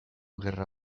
gerra